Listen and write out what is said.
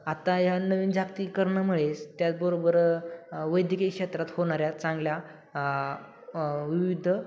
आत्ता ह्या नवीन जागतिकीकरणंमुळेच त्याचबरोबर वैद्यकीय क्षेत्रात होणाऱ्या चांगल्या विविध